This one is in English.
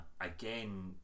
again